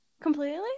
Completely